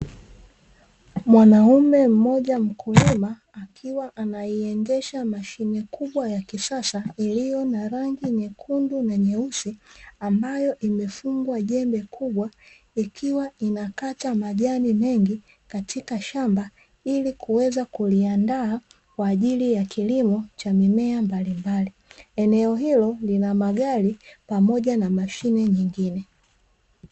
Mwanaume mmoja mkulima akiwa anaiendesha mashine kubwa ya kisasa iliyo na rangi nyekundu na nyeusi ambayo imefungwa jembe kubwa, ikiwa inakata majani mengi katika shamba ili kuweza kuliandaa kwa ajili ya kilimo cha mimea mbalimbali. Eneo hilo lina magari pamoja na mashine nyingine.